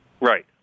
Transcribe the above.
Right